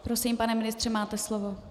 Prosím, pane ministře, máte slovo.